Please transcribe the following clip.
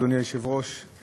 יכולים להסתכל על התופעה,